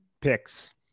picks